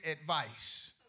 advice